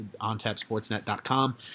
ontapsportsnet.com